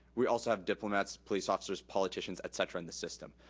we also have diplomats, police officers, politicians, et cetera, in the system.